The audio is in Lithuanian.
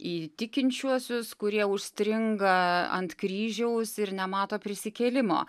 į tikinčiuosius kurie užstringa ant kryžiaus ir nemato prisikėlimo